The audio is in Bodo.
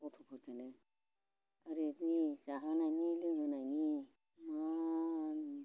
गथ'फोरखौनो ओरै बे जाहोनायनि लोंहोनायनि इमान